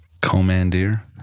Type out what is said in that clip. Commandeer